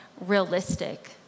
realistic